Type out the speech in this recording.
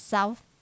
South